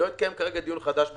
לא התקיים כרגע דיון חדש בנושא.